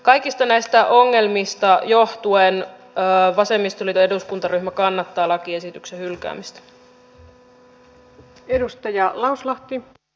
kaikista näistä ongelmista johtuen vasemmistoliiton eduskuntaryhmä kannattaa lakiesityksen hylkäämistä